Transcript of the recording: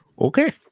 Okay